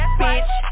bitch